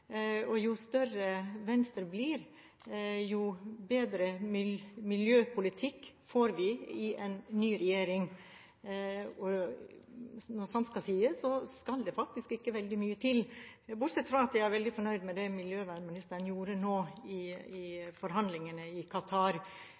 med. Jo større Venstre blir, jo bedre miljøpolitikk får vi i en ny regjering. Når sant skal sies, skal det faktisk ikke veldig mye til. Bortsett fra at jeg er veldig fornøyd med det miljøvernministeren nå gjorde i forhandlingene i